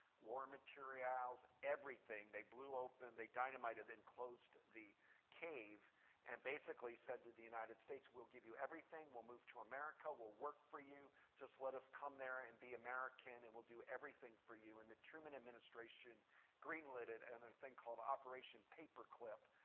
war materials, everything. they blew open, they dynamited, then closed the cave and basically said to the united states, we'll give you everything. we'll move to america. we'll work for you. just let us come there and be american. and we'll do everything for you. and the truman administration greenlit it in a thing called operation paperclip.